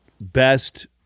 best